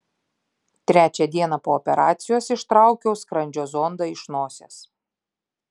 trečią dieną po operacijos ištraukiau skrandžio zondą iš nosies